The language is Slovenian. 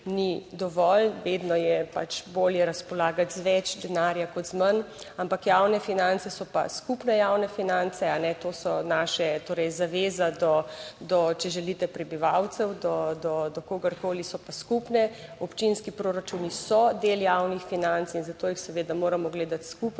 ni dovolj, vedno je pač bolje razpolagati z več denarja kot z manj. Ampak javne finance so pa skupne javne finance. To so naše torej zaveza do, če želite prebivalcev, do kogarkoli so pa skupne. Občinski proračuni so del javnih financ in zato jih seveda moramo gledati skupaj